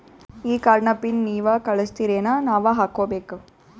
ಈ ಕಾರ್ಡ್ ನ ಪಿನ್ ನೀವ ಕಳಸ್ತಿರೇನ ನಾವಾ ಹಾಕ್ಕೊ ಬೇಕು?